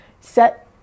set